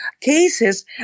cases